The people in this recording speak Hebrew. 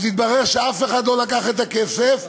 אז התברר שאף אחד לא לקח את הכסף,